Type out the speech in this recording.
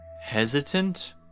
hesitant